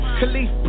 Khalif